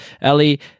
Ellie